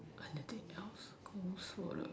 anything else go for the